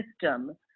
system